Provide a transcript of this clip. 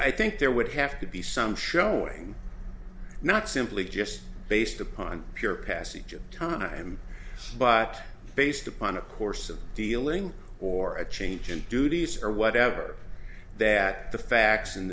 i think there would have to be some showing not simply just based upon pure passage of time but based upon a course of dealing or a change in duties or whatever that the facts and